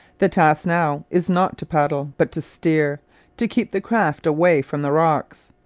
the task now is not to paddle, but to steer to keep the craft away from the rocks.